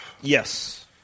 Yes